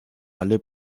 alle